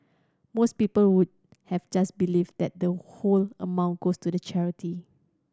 most people would have just believed that the whole amount goes to the charity